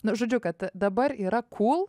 na žodžiu kad dabar yra kūl